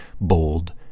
bold